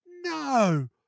no